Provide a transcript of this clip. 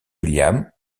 william